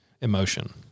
emotion